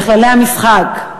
בכללי המשחק.